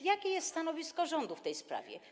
Jakie jest stanowisko rządu w tej sprawie?